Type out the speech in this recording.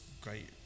great